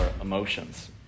emotions